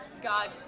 God